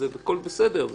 הכול בסדר.